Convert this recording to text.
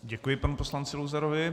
Děkuji panu poslanci Luzarovi.